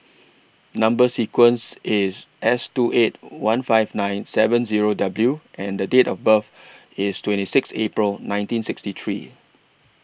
Number sequence IS S two eight one five nine seven Zero W and Date of birth IS twenty Sixth April nineteen sixty three